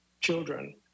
children